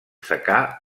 secà